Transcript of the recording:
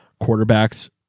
quarterbacks